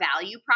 value